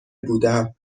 بودم